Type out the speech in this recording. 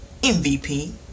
MVP